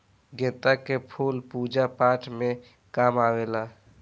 गेंदा के फूल पूजा पाठ में काम आवेला